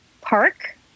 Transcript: Park